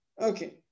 Okay